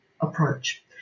approach